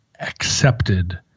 accepted